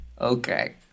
Okay